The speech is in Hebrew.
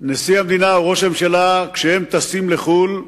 נשיא המדינה וראש הממשלה, כשהם טסים לחו"ל,